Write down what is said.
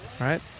right